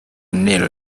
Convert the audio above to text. neal